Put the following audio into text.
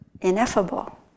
ineffable